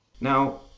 Now